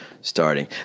starting